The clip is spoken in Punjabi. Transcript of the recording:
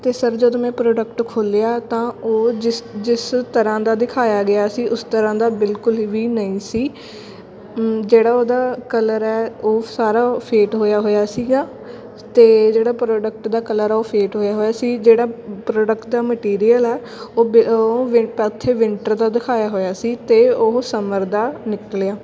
ਅਤੇ ਸਰ ਜਦੋਂ ਮੈਂ ਪ੍ਰੋਡਕਟ ਖੋਲ੍ਹਿਆ ਤਾਂ ਉਹ ਜਿਸ ਜਿਸ ਤਰ੍ਹਾਂ ਦਾ ਦਿਖਾਇਆ ਗਿਆ ਸੀ ਉਸ ਤਰ੍ਹਾਂ ਦਾ ਬਿਲਕੁਲ ਵੀ ਨਹੀਂ ਸੀ ਜਿਹੜਾ ਉਹਦਾ ਕਲਰ ਹੈ ਉਹ ਸਾਰਾ ਫੇਟ ਹੋਇਆ ਹੋਇਆ ਸੀਗਾ ਅਤੇ ਜਿਹੜਾ ਪ੍ਰੋਡਕਟ ਦਾ ਕਲਰ ਆ ਉਹ ਫੇਟ ਹੋਇਆ ਹੋਇਆ ਸੀ ਜਿਹੜਾ ਪ੍ਰੋਡਕਟ ਦਾ ਮਟੀਰੀਅਲ ਹੈ ਉਹ ਵ ਉਹ ਵਿੰ ਤਾਂ ਉੱਥੇ ਵਿੰਟਰ ਦਾ ਦਿਖਾਇਆ ਹੋਇਆ ਸੀ ਅਤੇ ਉਹ ਸਮਰ ਦਾ ਨਿਕਲਿਆ